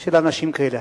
של אנשים כאלה.